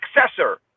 successor